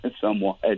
somewhat